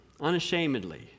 unashamedly